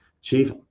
chief